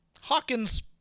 Hawkins